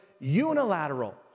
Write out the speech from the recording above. unilateral